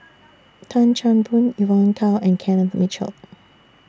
Tan Chan Boon Evon Kow and Kenneth Mitchell